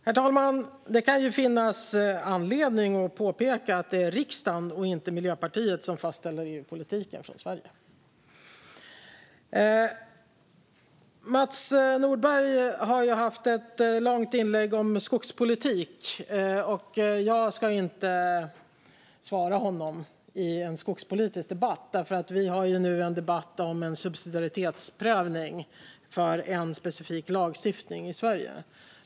Herr talman! Det kan finnas anledning att påpeka att det är riksdagen och inte Miljöpartiet som fastställer EU-politiken för Sverige. Mats Nordberg har haft ett långt anförande om skogspolitik. Jag ska inte svara honom i en skogspolitisk debatt, för vi har ju nu en debatt om subsidiaritetsprövning för en specifik lagstiftning i Sverige.